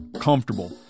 comfortable